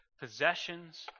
possessions